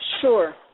Sure